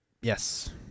Yes